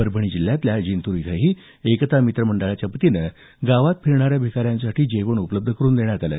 परभणी जिल्ह्यातल्या जिंतूर इथंही एकता मित्र मंडळाच्या वतीनं गावात फिरणाऱ्या भिकाऱ्यांसाठी जेवण उपलब्ध करून देण्यात आलं